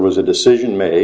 was a decision made